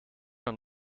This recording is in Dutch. een